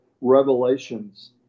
revelations